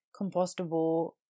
compostable